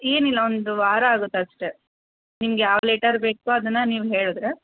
ಏನಿಲ್ಲ ಒಂದು ವಾರ ಆಗುತ್ತಷ್ಟೆ ನಿಮ್ಗೆ ಯಾವ ಲೆಟರ್ ಬೇಕು ಅದನ್ನು ನೀವು ಹೇಳಿದ್ರೆ